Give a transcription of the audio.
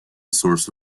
source